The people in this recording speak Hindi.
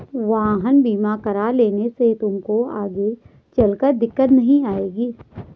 वाहन बीमा करा लेने से तुमको आगे चलकर दिक्कत नहीं आएगी